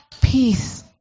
Peace